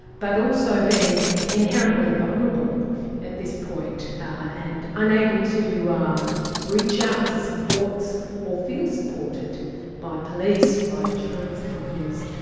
but also being inherently vulnerable at this point and unable to reach out to supports or feel supported by police, by insurance companies.